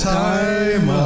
time